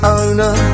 owner